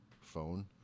phone